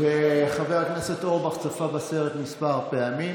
חבר הכנסת אורבך צפה בסרט כמה פעמים,